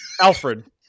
Alfred